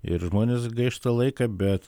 ir žmonės gaišta laiką bet